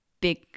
big